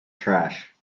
trash